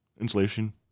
insulation